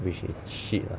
which is shit lah